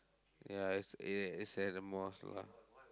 ya as eh it's at the mosque lah